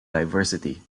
diversity